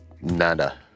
nada